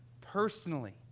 personally